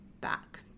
back